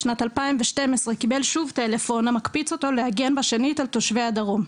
בשנת 2012 קיבל שוב טלפון המקפיץ אותו להגן בשנית על תושבי הדרום.